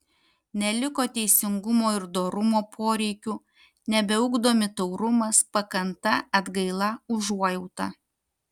neliko teisingumo ir dorumo poreikių nebeugdomi taurumas pakanta atgaila užuojauta